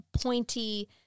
pointy